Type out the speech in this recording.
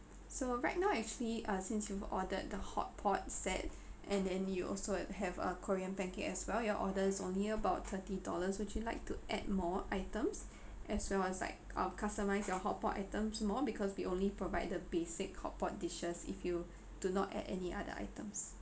so right now actually uh since you've ordered the hotpot set and and then you also have a korean pancake as well your order is only about thirty dollars would you like to add more items as well as like uh customise your hotpot items more because we only provide the basic hotpot dishes if you do not add any other items